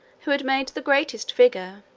who had made the greatest figure,